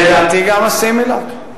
לדעתי גם ה"סימילאק".